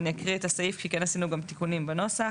אני אקריא את הסעיף, כי עשינו תיקונים בנוסח: